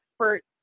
expert